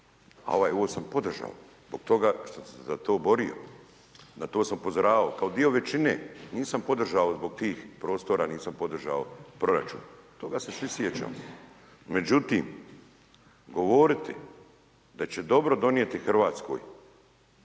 sam podržao zbog toga što sam se za to borio. Na to sam upozoravao kao dio većine, nisam podržao zbog tih prostora niti sam podržao proračun, toga se svi sjećamo. Međutim, govoriti da će dobro donijeti Hrvatskoj